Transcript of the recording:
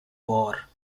war